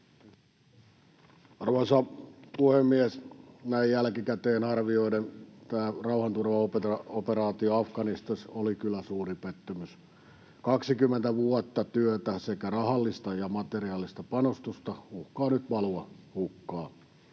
Arvoisa puhemies! Näin jälkikäteen arvioiden tämä rauhanturvaoperaatio Afganistanissa oli kyllä suuri pettymys: 20 vuotta työtä sekä rahallista ja materiaalista panostusta uhkaa nyt valua hukkaan.